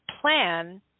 plan